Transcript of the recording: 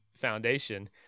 foundation